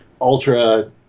ultra